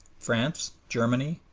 france, germany,